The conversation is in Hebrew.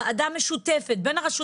ברגע שקמה באותו רגע ועדה משותפת עם הרשות